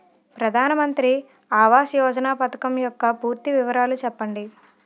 ప్రధాన మంత్రి ఆవాస్ యోజన పథకం యెక్క పూర్తి వివరాలు చెప్పండి?